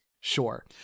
Sure